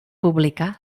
publicar